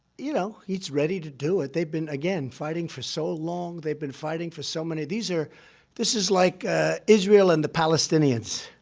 you know, he's ready to do it. they've been, again, fighting for so long. they've been fighting for so many these are this is like israel and the palestinians,